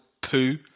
poo